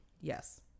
Yes